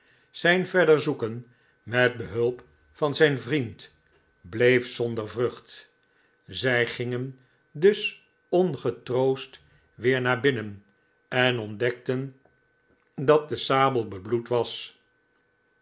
zijn verder zoeken met behulp van zijn vriend bleef zonder vrucht zij gingen dus ongetroost weer naar binnon en ontdekten dat de sabel bebloed was